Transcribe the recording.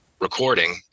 recording